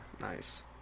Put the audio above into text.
Nice